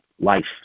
life